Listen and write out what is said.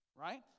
right